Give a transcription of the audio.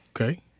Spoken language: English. okay